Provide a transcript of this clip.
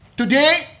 today,